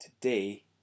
today